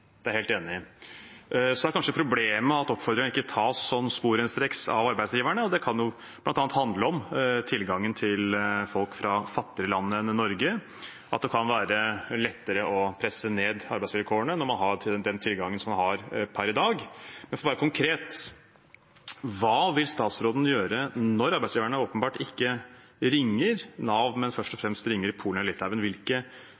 det er jeg helt enig i. Så er kanskje problemet at oppfordringen ikke tas sporenstreks av arbeidsgiverne, og det kan bl.a. handle om tilgangen på folk fra fattigere land enn Norge, at det kan være lettere å presse ned arbeidsvilkårene når man har den tilgangen som man har per i dag. For å være konkret: Hva vil statsråden gjøre når arbeidsgiverne åpenbart ikke ringer Nav, men først og